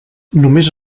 només